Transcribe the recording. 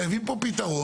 חייבים פה פתרון.